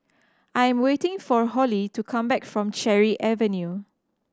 I am waiting for Holly to come back from Cherry Avenue